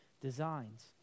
designs